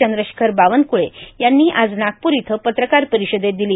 चंद्रशेखर बावनक्ळे यांनी आज नागपूर इथं पत्रकार परिषदेत दिली